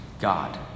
God